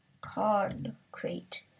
concrete